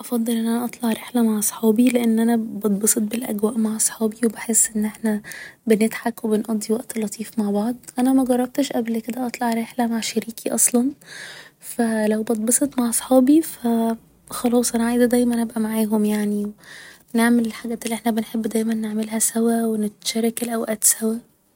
افضل ان أنا أطلع رحلة مع صحابي لأن أنا بتبسط بالأجواء مع صحابي و بحس ان احنا بنضحك و بنقضي وقت لطيف مع بعض أنا مجربتش قبل كده اطلع رحلة مع شريكي أصلا ف لو بتبسط مع صحابي ف خلاص أنا عايزة دايما أبقى معاهم يعني نعمل الحاجات اللي احنا بنحب دايما نعملها سوا و نتشارك الأوقات سوا